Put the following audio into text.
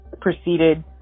proceeded